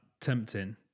tempting